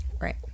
Right